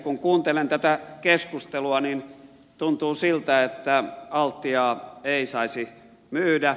kun kuuntelen tätä keskustelua niin tuntuu siltä että altiaa ei saisi myydä